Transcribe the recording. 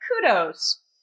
Kudos